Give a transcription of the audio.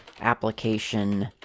application